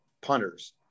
punters